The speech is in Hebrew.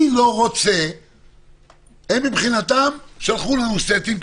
הם מבחינתם שלחו לנו סטים.